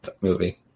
movie